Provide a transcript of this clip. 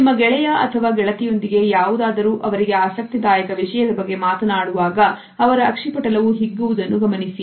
ನಿಮ್ಮ ಗೆಳೆಯ ಅಥವಾ ಗೆಳತಿಯೊಂದಿಗೆ ಯಾವುದಾದರೂ ಅವರಿಗೆ ಆಸಕ್ತಿದಾಯಕ ವಿಷಯದ ಬಗ್ಗೆ ಮಾತನಾಡುವಾಗ ಅವರ ಅಕ್ಷಿಪಟಲ ವು ಹಿಗ್ಗುವುದನ್ನು ಗಮನಿಸಿ